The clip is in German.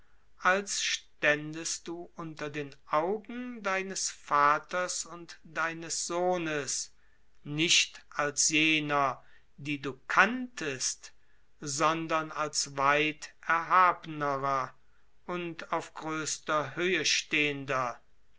als ständest du unter den augen deines vaters und deines sohnes nicht als jener die du kanntest sondern als weit erhabnerer und auf größter höhe stehender